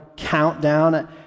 countdown